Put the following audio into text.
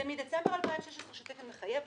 זה מדצמבר 2016 שהוא תקן מחייב,